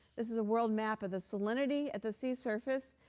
this is a world map of the salinity at the sea surface.